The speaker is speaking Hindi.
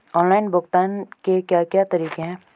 ऑनलाइन भुगतान के क्या क्या तरीके हैं?